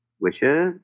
wishes